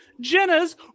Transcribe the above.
jenna's